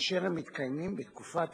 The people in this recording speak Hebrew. מאשר בזמן שרוב חברי